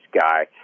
guy